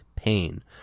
pain